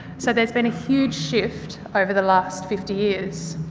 so, there has been a huge shift over the last fifty years.